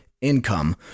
income